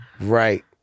Right